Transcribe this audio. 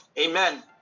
amen